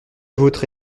vôtre